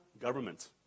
government